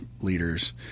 leaders